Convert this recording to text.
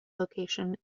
location